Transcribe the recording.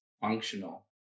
functional